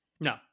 No